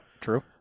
True